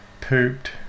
pooped